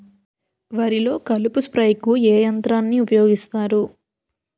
వరిలో కలుపు స్ప్రేకు ఏ యంత్రాన్ని ఊపాయోగిస్తారు?